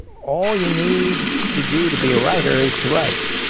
all you need to do to be a writer is to write.